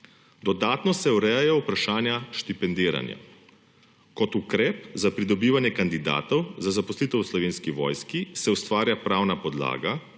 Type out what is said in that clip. Dodatno se urejajo vprašanja štipendiranja. Kot ukrep za pridobivanje kandidatov za zaposlitev v Slovenski vojski se ustvarja pravna podlaga